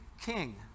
king